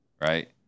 right